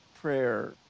prayer